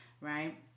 right